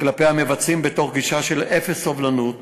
כלפי המבצעים מתוך גישה של אפס סובלנות